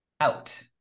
out